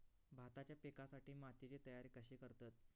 भाताच्या पिकासाठी मातीची तयारी कशी करतत?